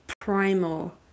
primal